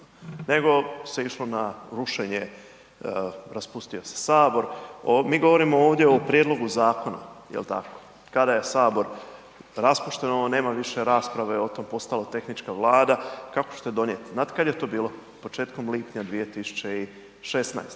Nego se išlo na rušenje, raspustio se Sabor, mi govorimo ovdje o prijedlogu zakona, jel tako, kada je Sabor raspušten, ono nema više rasprave otom je postala tehnička vlada, kako ćete donijeti. Znate kada je to bilo? Početkom lipanja 2016.